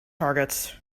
targets